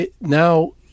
now